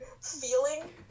feeling